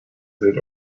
seht